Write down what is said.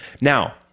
Now